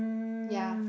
ya